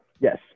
Yes